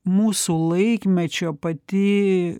mūsų laikmečio pati